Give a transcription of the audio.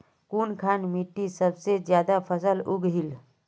कुनखान मिट्टी सबसे ज्यादा फसल उगहिल?